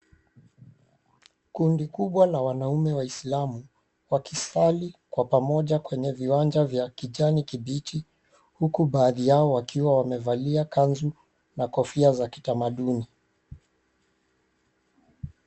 Kundi kubwa la wanaume waislamu wakis𝑎li kwa pamoja kwenye uwanja wa kijani kibichi, huku baadhi yao wakiwa wamevalia kanzu na kofia za kitamaduni.